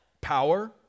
Power